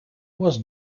was